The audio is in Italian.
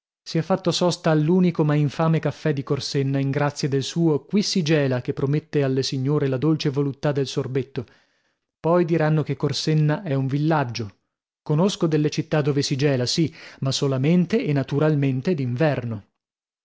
si è fatto sosta all'unico ma infame caffè di corsenna in grazia del suo qui si gela che promette alle signore la dolce voluttà del sorbetto poi diranno che corsenna è un villaggio conosco delle città dove si gela sì ma solamente e naturalmente